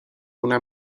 una